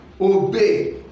obey